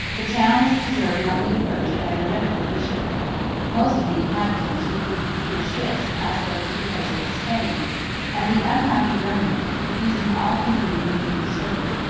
the town was deserted on the approach of an heretical bishop most of the inhabitants who could procure ships passed over to the coast of spain and the unhappy remnant, refusing all communion with the usurper,